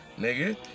Nigga